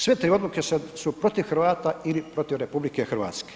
Sve te odluke su protiv Hrvata ili protiv RH.